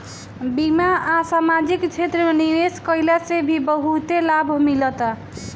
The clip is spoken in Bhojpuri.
बीमा आ समाजिक क्षेत्र में निवेश कईला से भी बहुते लाभ मिलता